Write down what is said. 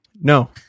No